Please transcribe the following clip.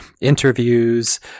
interviews